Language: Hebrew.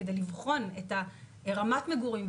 כדי לבחון את רמת המגורים,